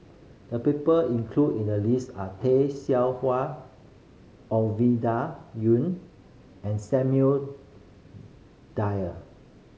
the people included in the list are Tay Seow Huah Ovidia Yu and Samuel Dyer